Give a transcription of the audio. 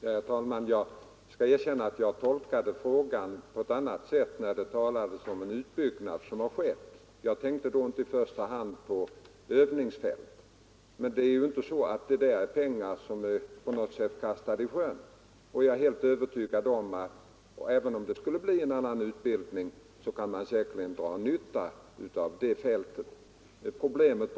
Herr talman! Jag skall erkänna att jag tolkade frågan på ett annat sätt när det där talades om den utbyggnad som har gjorts. Jag tänkte då inte i första hand på övningsfältet. Men dessa pengar är ju inte kastade i sjön, utan jag är övertygad om att man, även om det skulle bli fråga om ett annat slags övningsverksamhet, säkerligen kan dra nytta av detta fält.